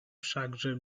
wszakże